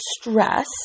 stress